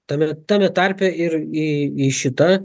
tame tame tarpe ir į į šitą